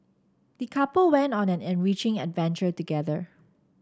the couple went on an enriching adventure together